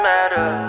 Matter